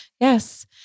Yes